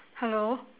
hello